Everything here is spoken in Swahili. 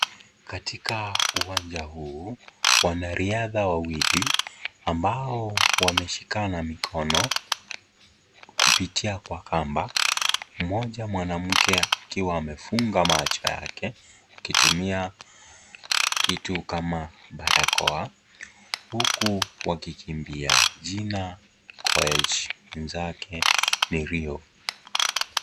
Katika uwanja huu wanariadha wawili ambao wameshikana mikono kupitia kwa kamba mmoja mwanamke akiwa amefunga macho yake akitumia kitu kama barakoa huku wakiimbia jina Koech mwenzake Rio.